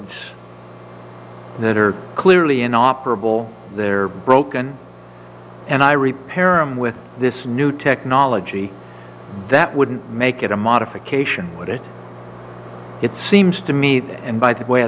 s that are clearly inoperable they're broken and i repair him with this new technology that wouldn't make it a modification would it it seems to me that and by the way i